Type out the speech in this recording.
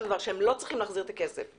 שהם לא צריכים להחזיר את הכסף,